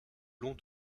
long